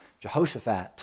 Jehoshaphat